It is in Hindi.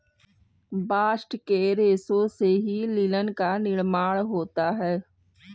बास्ट के रेशों से ही लिनन का भी निर्माण होता है